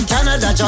Canada